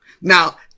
Now